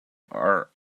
are